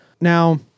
Now